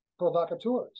provocateurs